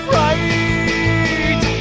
right